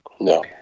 No